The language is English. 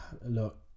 look